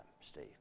Steve